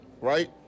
right